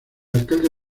alcalde